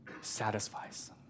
satisfies